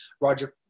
Roger